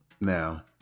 now